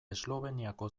esloveniako